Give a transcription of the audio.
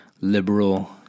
liberal